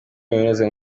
kaminuza